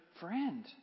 friend